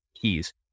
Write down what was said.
keys